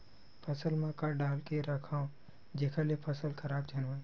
फसल म का डाल के रखव जेखर से फसल खराब झन हो?